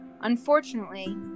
Unfortunately